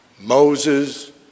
Moses